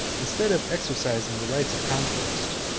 instead of exercising the rights of conquest,